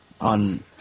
on